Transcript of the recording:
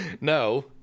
no